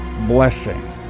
blessing